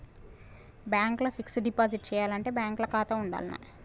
Bank ల fixed deposit చేయాలంటే bank ల ఖాతా ఉండాల్నా?